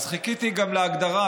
חיכיתי גם להגדרה,